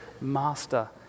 Master